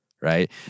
right